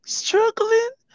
struggling